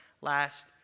last